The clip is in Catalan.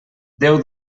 déu